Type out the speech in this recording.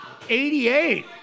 88